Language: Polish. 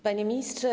Panie Ministrze!